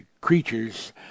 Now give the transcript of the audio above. creatures